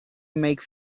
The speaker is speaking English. make